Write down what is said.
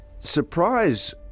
surprise